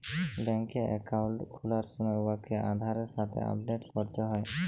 ব্যাংকে একাউল্ট খুলার সময় উয়াকে আধারের সাথে আপডেট ক্যরতে হ্যয়